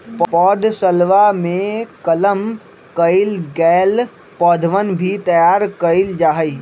पौधशलवा में कलम कइल गैल पौधवन भी तैयार कइल जाहई